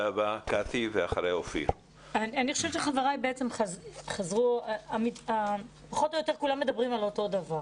אני חושבת שחבריי כולם פחות או יותר מדברים על אותו דבר